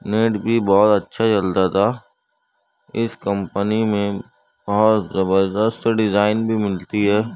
net بھی بہت اچھا چلتا تھا اس کمپنی میں بہت زبردست ڈیزائن بھی ملتی ہے